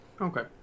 Okay